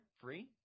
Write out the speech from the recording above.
free